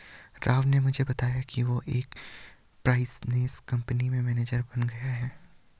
राव ने मुझे बताया कि वो एक फाइनेंस कंपनी में मैनेजर बन गया है